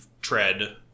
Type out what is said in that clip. tread